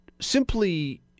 simply